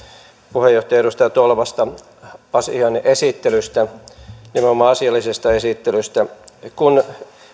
puheenjohtaja edustaja tolvasta asian esittelystä nimenomaan asiallisesta esittelystä kun